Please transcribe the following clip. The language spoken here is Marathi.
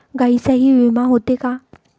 गायींचाही विमा होते का?